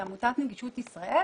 כעמותת נגישות ישראל,